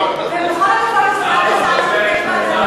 ובכל הכבוד לסגן השר שביקש ועדת הכנסת,